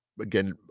again